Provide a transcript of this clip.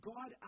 God